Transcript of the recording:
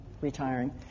retiring